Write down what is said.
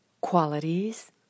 qualities